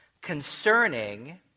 concerning